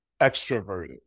extroverted